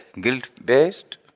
guilt-based